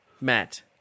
Matt